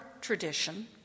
tradition